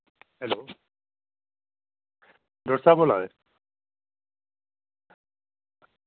hello doctor साह्ब बोल्ला दे